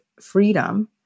freedom